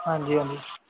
ਹਾਂਜੀ ਹਾਂਜੀ